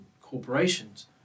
corporations